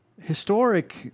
historic